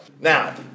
now